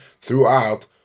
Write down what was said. throughout